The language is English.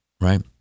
Right